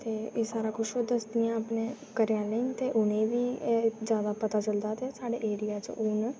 ते एह् ओह् सारा किश दसदियां अपने घरैआह्लें गी ते उ'नेंगी बी जादा पता चलदा ते साढ़े एरिया च हून